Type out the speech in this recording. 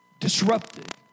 disrupted